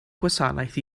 gwasanaeth